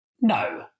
no